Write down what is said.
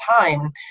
time